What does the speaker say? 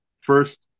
first